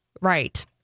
Right